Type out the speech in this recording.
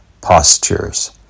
postures